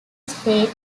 state